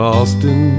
Austin